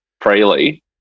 freely